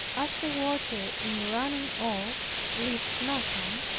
as the water in running off leaves nothing,